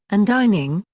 and dining,